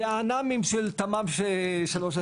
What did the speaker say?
זה האנ"מים של תמ"מ/21/3.